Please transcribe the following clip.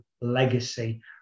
legacy